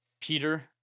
Peter